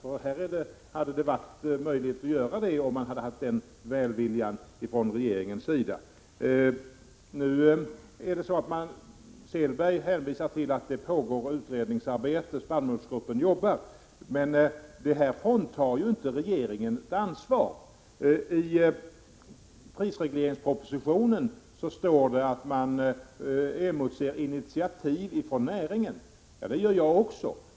Om man från regeringens sida hade haft den välviljan, hade det varit möjligt att göra det. Åke Selberg hänvisar nu till att utredningsarbete pågår — spannmålsgruppen jobbar. Detta fråntar emellertid inte regeringen ett ansvar. I prisregleringspropositionen står att man emotser initiativ från näringen. Ja, det gör jag också.